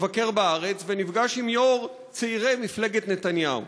מבקר בארץ ונפגש עם יו"ר צעירי מפלגת נתניהו.